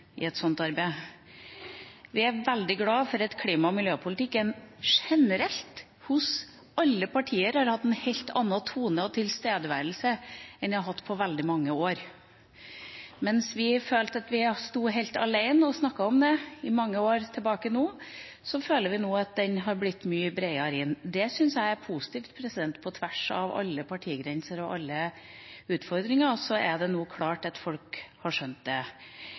i et slikt arbeid. Vi er veldig glad for at alle partier generelt har hatt en helt annen tone og tilstedeværelse i klima- og miljøpolitikken enn de har hatt på veldig mange år. Mens vi i mange år følte at vi sto helt alene og snakket om dette, føler vi nå at den er blitt mye bredere. Det syns jeg er positivt. På tvers av alle partigrenser og til tross for alle utfordringer er det nå klart at folk har skjønt det.